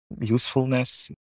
usefulness